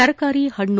ತರಕಾರಿ ಹಣ್ಣು